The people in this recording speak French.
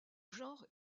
genre